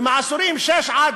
ובעשירונים 6 10